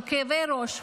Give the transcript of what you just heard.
עם כאבי ראש,